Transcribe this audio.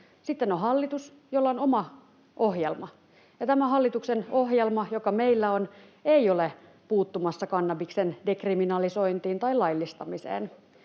Sitten on hallitus, jolla on oma ohjelma. Ja tämä hallituksen ohjelma, joka meillä on, ei ole puuttumassa kannabiksen dekriminalisointiin tai laillistamiseen.